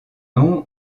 nom